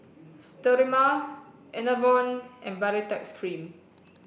Sterimar Enervon and Baritex Cream